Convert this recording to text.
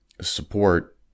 support